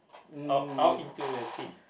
out out in to the sea